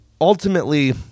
ultimately